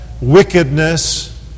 wickedness